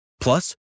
Plus